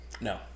No